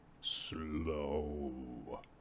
Slow